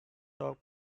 doug